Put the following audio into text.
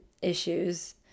issues